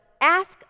ask